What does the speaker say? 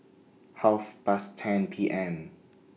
Half Past ten P M